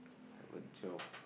eleven twelve